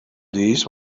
these